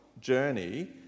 journey